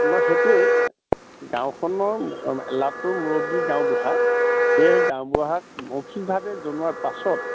নহয় সেইটোৱে গাঁওখনৰ মূৰবী গাঁওবুঢ়া সেয়েই গাঁওবুঢ়াক মৌখিকভাৱে যোনোৱাৰ পাছত